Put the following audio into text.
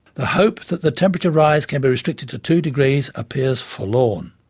the hope that the temperature rise can be restricted to two degrees appears forlorn.